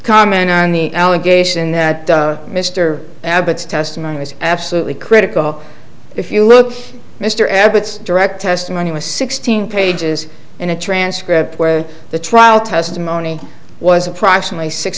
comment on the allegation that mr abbott's testimony was absolutely critical if you look mr abbott's direct testimony was sixteen pages in a transcript where the trial testimony was approximately six